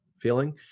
feeling